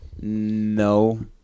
No